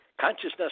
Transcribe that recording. Consciousness